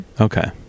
Okay